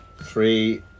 three